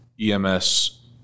EMS